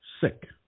sick